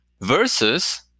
versus